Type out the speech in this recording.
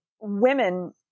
women